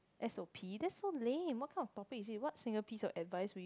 s_o_p that's so lame what kind of topic it is what single piece of advice would you